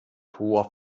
hoher